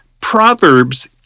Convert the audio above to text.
Proverbs